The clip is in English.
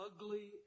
ugly